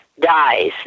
dies